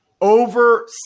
Over